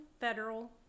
federal